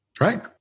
Right